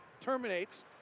terminates